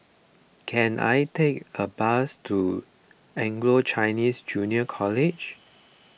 can I take a bus to Anglo Chinese Junior College